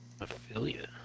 affiliate